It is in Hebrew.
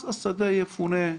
אז השדה יפונה.